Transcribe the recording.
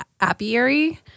apiary